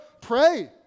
Pray